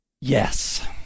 Yes